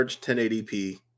1080p